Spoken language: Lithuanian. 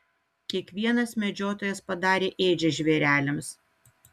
kiekvienas medžiotojas padarė ėdžias žvėreliams